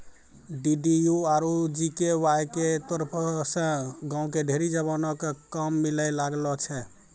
DDU आरु GKY के तरफो से गांव के ढेरी जवानो क काम मिलै लागलो छै